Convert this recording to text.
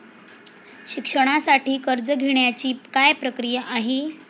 शिक्षणासाठी कर्ज घेण्याची काय प्रक्रिया आहे?